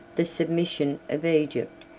the submission of egypt,